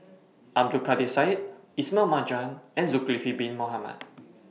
Abdul Kadir Syed Ismail Marjan and Zulkifli Bin Mohamed